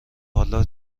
حالا